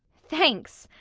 thanks,